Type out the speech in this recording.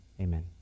amen